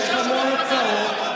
יש המון הוצאות.